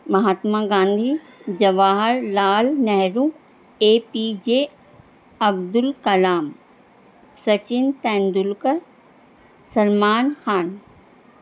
Mahatma Gandhi Jawahar Lal Nehru A P J Abdul Kalam Sachin Tendulkar Salman Khan